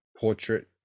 portrait